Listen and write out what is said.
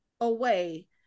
away